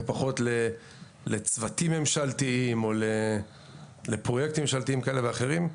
ופחות לצוותים ממשלתיים או לפרויקטים ממשלתיים כאלה ואחרים,